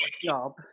job